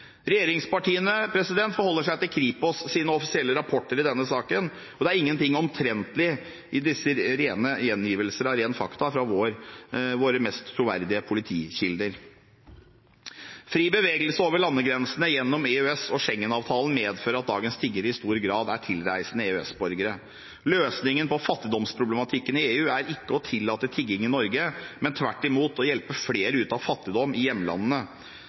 Regjeringspartiene forholder seg til Kripos’ offisielle rapporter i denne saken, og det er ingenting omtrentlig i disse rene gjengivelsene av rene fakta fra våre mest troverdige politikilder. Fri bevegelse over landegrensene gjennom EØS-avtalen og Schengen-avtalen medfører at dagens tiggere i stor grad er tilreisende EØS-borgere. Løsningen på fattigdomsproblematikken i EU er ikke å tillate tigging i Norge, men tvert imot å hjelpe flere ut av fattigdom i hjemlandene.